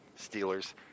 Steelers